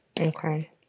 Okay